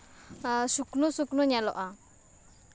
ᱥᱩᱠᱱᱳ ᱥᱩᱠᱱᱳ ᱧᱮᱞᱚᱜᱼᱟ